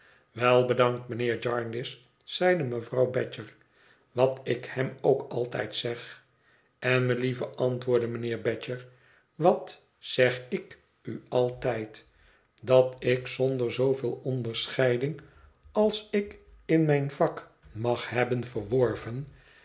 wel bedankt mijnheer jarndyce zeide mevrouw badger wat ik hem ook altijd zeg en melieve antwoordde mijnheer badger wat zeg i k u altijd dat ik zonder zooveel onderscheiding als ik in mijn vak mag hebhen verworven